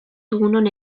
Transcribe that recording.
dugunon